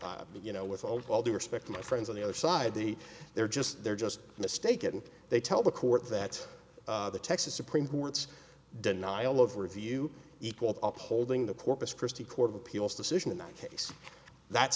you know with all due respect to my friends on the other side the they're just they're just mistaken they tell the court that the texas supreme court's denial of review equal holding the corpus christi court of appeals decision in that case that